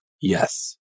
yes